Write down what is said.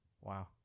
Wow